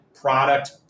product